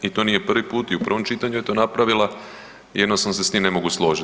I to nije prvi put i u prvom čitanju je to napravila i jednostavno se s tim ne mogu složit.